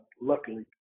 Luckily